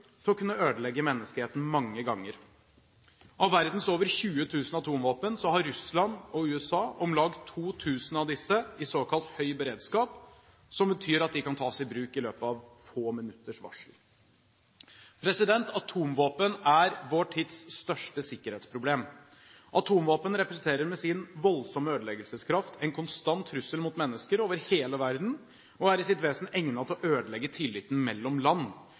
har Russland og USA om lag 2 000 av disse i såkalt høy beredskap, som betyr at de kan tas i bruk i løpet av få minutters varsel. Atomvåpen er vår tids største sikkerhetsproblem. Atomvåpen representerer med sin voldsomme ødeleggelseskraft en konstant trussel mot mennesker over hele verden og er i sitt vesen egnet til å ødelegge tilliten mellom land.